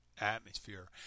atmosphere